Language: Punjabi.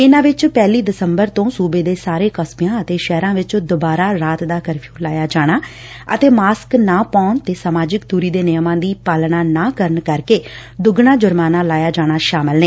ਇਨੂਾਂ ਵਿੱਚ ਪਹਿਲੀ ਦਸੰਬਰ ਤੋਂ ਸੂਬੇ ਦੇ ਸਾਰੇ ਕਸਬਿਆਂ ਤੇ ਸ਼ਹਿਰਾਂ ਵਿੱਚ ਦੁਬਾਰਾ ਰਾਤ ਦਾ ਕਰਫਿਊ ਲਾਇਆ ਜਾਣਾ ਅਤੇ ਮਾਸਕ ਨਾ ਪਾਉਣ ਤੇ ਸਮਾਜਿਕ ਦੂਰੀ ਦੇ ਨਿਯਮਾਂ ਦੀ ਪਾਲਣਾ ਨਾ ਕਰਨ ਕਰਕੇ ਦੁੱਗਣਾ ਜੁਰਮਾਨਾ ਲਾਇਆ ਜਾਣਾ ਸ਼ਾਮਲ ਨੇ